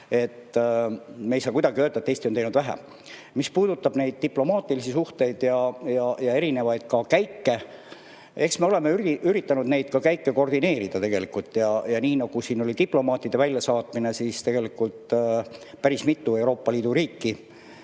Me ei saa kuidagi öelda, nagu Eesti oleks teinud vähe. Mis puudutab neid diplomaatilisi suhteid ja erinevaid käike, siis eks me oleme üritanud neid käike koordineerida. Kui siin oli [jutuks] diplomaatide väljasaatmine, siis tegelikult päris mitu Euroopa Liidu riiki